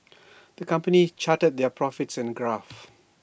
the company charted their profits in A graph